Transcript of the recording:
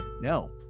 no